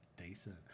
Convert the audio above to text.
Decent